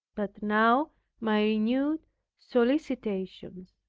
but now my renewed solicitations,